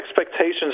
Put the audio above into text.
expectations